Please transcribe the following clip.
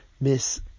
Miss